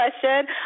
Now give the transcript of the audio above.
question